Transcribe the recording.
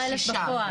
26,000 26,000 בפועל?